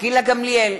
גילה גמליאל,